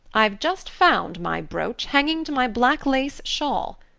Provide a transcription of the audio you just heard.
i've just found my brooch hanging to my black lace shawl.